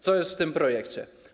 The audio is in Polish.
Co jest w tym projekcie?